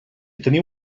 teniu